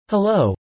Hello